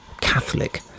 Catholic